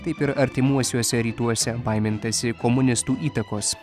taip ir artimuosiuose rytuose baimintasi komunistų įtakos